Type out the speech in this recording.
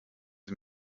sie